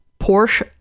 porsche